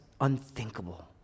unthinkable